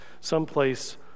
someplace